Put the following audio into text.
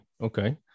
okay